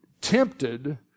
tempted